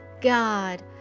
God